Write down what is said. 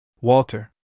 Walter